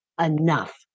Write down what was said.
enough